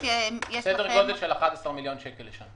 סדר גודל של 11 מיליון שקל לשנה.